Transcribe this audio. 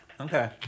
Okay